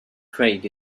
craig